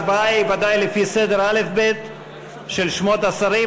ההשבעה היא ודאי לפי סדר האל"ף-בי"ת של שמות השרים,